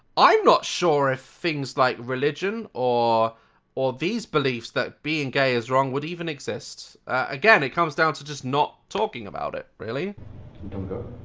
i'm not sure if things like religion or or these beliefs that being gay is wrong would even exist. again it comes down to just not talking about it, really. you don't go?